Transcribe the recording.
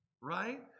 Right